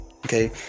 okay